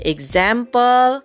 Example